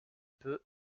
peu